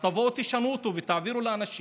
אז תבואו ותשנו, ותעבירו לאנשים,